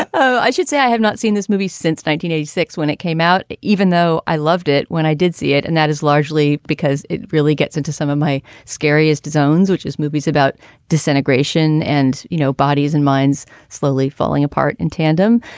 i should say i have not seen this movie eighty six when it came out even though i loved it when i did see it. and that is largely because it really gets into some of my scariest zones which is movies about disintegration and you know bodies and minds slowly falling apart in tandem.